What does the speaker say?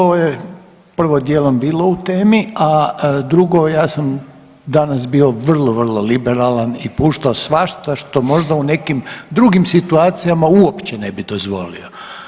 Da to je prvo dijelom bilo u temi, a drugo ja sam danas bio vrlo, vrlo liberalan i puštao svašta što možda u nekim drugim situacijama uopće ne bi dozvolio.